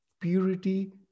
Purity